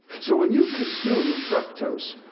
so when you consume fructose,